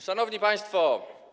Szanowni Państwo!